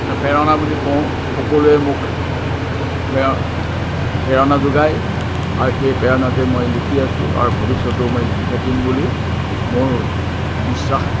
এটা প্ৰেৰণা বুলি কওঁ সকলোৱে মোক প্ৰেৰ প্ৰেৰণা যোগায় আৰু সেই প্ৰেৰণাতে মই লিখি আছোঁ আৰু ভৱিষ্যতেও মই লিখি থাকিম বুলি মোৰ বিশ্বাস